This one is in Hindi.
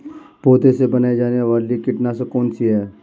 पौधों से बनाई जाने वाली कीटनाशक कौन सी है?